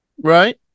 right